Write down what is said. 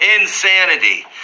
Insanity